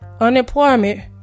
unemployment